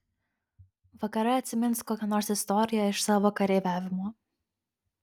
vakare atsimins kokią nors istoriją iš savo kareiviavimo